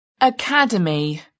Academy